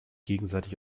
gegenseitig